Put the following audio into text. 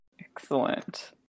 Excellent